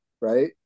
Right